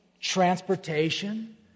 transportation